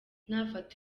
nafata